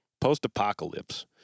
Post-apocalypse